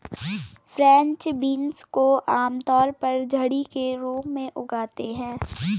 French beans को आमतौर पर झड़ी के रूप में उगाते है